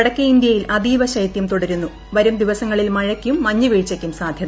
വടക്കേ ഇന്ത്യയിൽ അതീവ ശൈത്യം തുടരുന്നു വരും ദിവസങ്ങളിൽ മഴയ്ക്കും മഞ്ഞുവീഴ്ചയ്ക്കും സാധ്യത